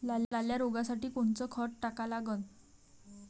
लाल्या रोगासाठी कोनचं खत टाका लागन?